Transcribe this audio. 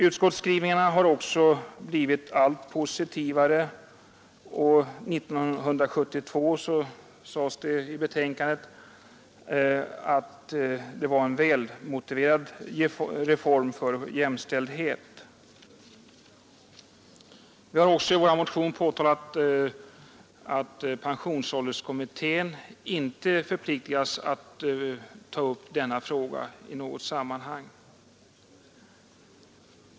Utskottsskrivningarna har blivit alltmer positiva, och år 1972 sade utskottet i sitt betänkande att lika pensionsförmåner var en välmotiverad reform för att öka jämlikheten. Vi har nu i vår motion påtalat att pensionsålderskommittén inte förpliktigas att ta upp denna fråga i något sammanhang.